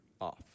off